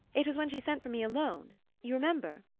it was when she sent for me alone you remember?